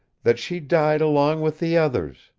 that she died along with the others.